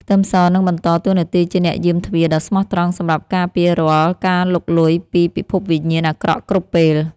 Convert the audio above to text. ខ្ទឹមសនឹងបន្តតួនាទីជាអ្នកយាមទ្វារដ៏ស្មោះត្រង់សម្រាប់ការពាររាល់ការលុកលុយពីពិភពវិញ្ញាណអាក្រក់គ្រប់ពេល។